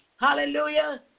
Hallelujah